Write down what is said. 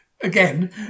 again